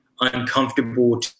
uncomfortable